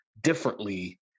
differently